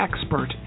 expert